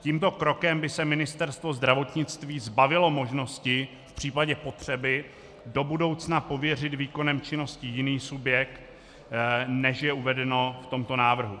Tímto krokem by se Ministerstvo zdravotnictví zbavilo možnosti v případě potřeby do budoucna pověřit výkonem činnosti jiný subjekt, než je uvedeno v tomto návrhu.